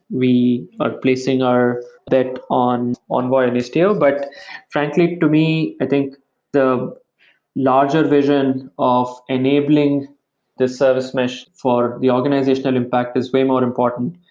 we are placing our debt on envoy and istio. but frankly to me, i think the larger vision of enabling this service mesh for the organizational impact is way more important.